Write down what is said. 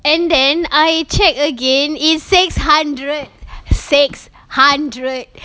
and then I check again it's six hundred six hundred